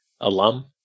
alum